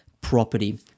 property